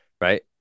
Right